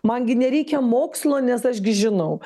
man gi nereikia mokslo nes aš gi žinau